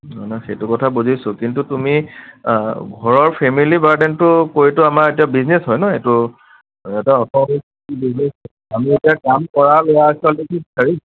নহয় নহয় সেইটো কথা বুজিছোঁ কিন্তু তুমি ঘৰৰ ফেমিলি বাৰ্ডেনটো কৈতো আমাৰ এতিয়া বিজনেছ হয় ন এইটো এটা